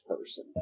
person